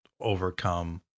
Overcome